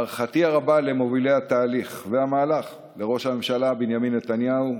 הערכתי הרבה למובילי התהליך והמהלך: לראש הממשלה בנימין נתניהו,